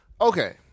Okay